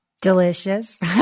Delicious